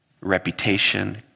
Reputation